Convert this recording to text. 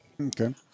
Okay